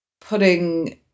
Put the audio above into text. putting